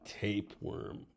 tapeworm